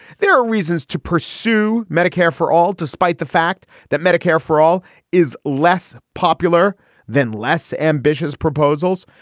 there are reasons to pursue medicare for all despite the fact that medicare for all is less popular than less ambitious proposals.